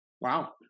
Wow